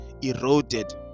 eroded